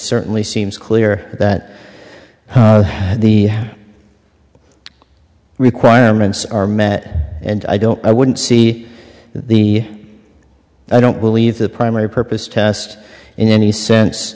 certainly seems clear that the requirements are met and i don't i wouldn't see the i don't believe the primary purpose test in any sense